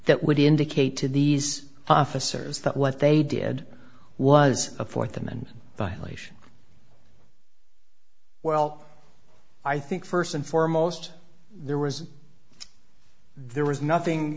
that would indicate to these officers that what they did was a for them and violation well i think first and foremost there was there was nothing